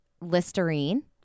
Listerine